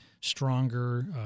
stronger